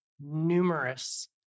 numerous